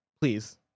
please